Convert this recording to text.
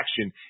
action